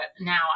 now